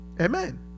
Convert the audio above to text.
Amen